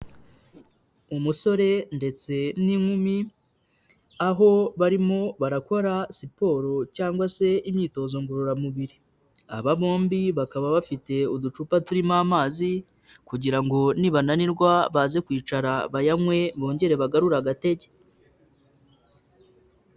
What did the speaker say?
Umusore ndetse n'inkumi, aho barimo barakora siporo cyangwa se imyitozo ngororamubiri, aba bombi bakaba bafite uducupa turimo amazi kugira ngo nibananirwa baze kwicara bayanywe bongere bagarure agatege.